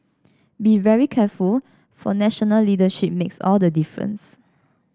be very careful for national leadership makes all the difference